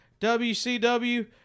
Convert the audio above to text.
WCW